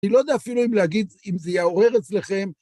אני לא יודע אפילו אם להגיד, אם זה יעורר אצלכם.